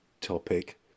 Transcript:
topic